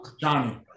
Johnny